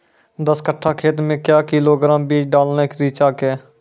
दस कट्ठा खेत मे क्या किलोग्राम बीज डालने रिचा के?